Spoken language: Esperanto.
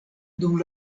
dum